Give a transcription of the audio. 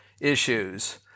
issues